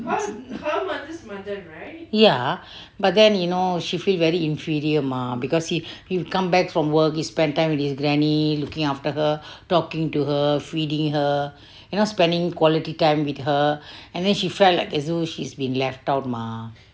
ya but then you know she feel very inferior mah because he he would come back from work he spend time with his granny looking after her talking to her feeding her you know spending quality time with her and then she felt like a zoo she's been left out mah